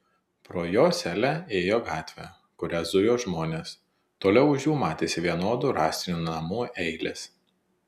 pro jo celę ėjo gatvė kuria zujo žmonės toliau už jų matėsi vienodų rąstinių namų eilės